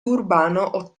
urbano